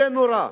זה נורא,